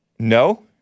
no